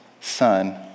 son